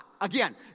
again